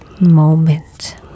moment